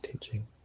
teaching